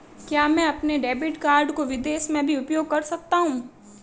क्या मैं अपने डेबिट कार्ड को विदेश में भी उपयोग कर सकता हूं?